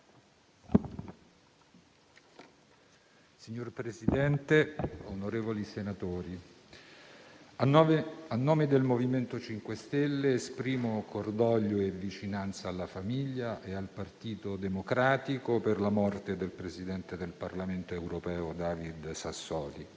Signor Presidente, onorevoli senatori, a nome del MoVimento 5 Stelle, esprimo cordoglio e vicinanza alla famiglia e al Partito Democratico per la morte del presidente del Parlamento europeo, David Sassoli.